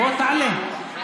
בוא, תעלה.